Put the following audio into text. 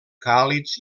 càlids